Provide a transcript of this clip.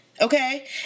Okay